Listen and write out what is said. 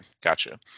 gotcha